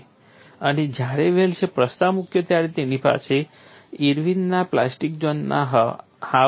અને જ્યારે વેલ્સે પ્રસ્તાવ મૂક્યો ત્યારે તેની પાસે ઇર્વિનના પ્લાસ્ટિક ઝોનના હાવભાવ હતા